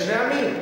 זה שני עמים,